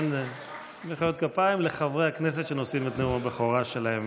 אין מחיאות כפיים לחברי הכנסת שנושאים את נאום הבכורה שלהם.